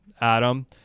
Adam